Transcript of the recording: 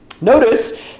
Notice